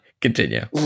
Continue